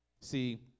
See